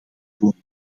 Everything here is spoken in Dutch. komen